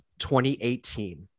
2018